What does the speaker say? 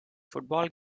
football